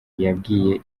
yabwiye